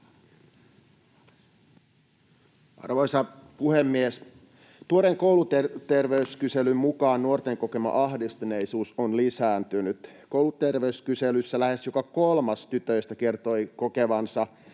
Arvoisa puhemies! Tuoreen kouluterveyskyselyn mukaan nuorten kokema ahdistuneisuus on lisääntynyt. Kouluterveyskyselyssä lähes joka kolmas tytöistä kertoi kokevansa